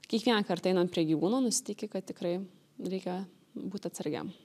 kiekvieną kartą einant prie gyvūno nusiteiki kad tikrai reikia būti atsargiam